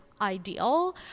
ideal